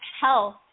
health